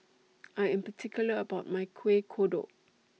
I Am particular about My Kueh Kodok